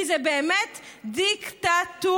כי זה באמת דיקטטורה,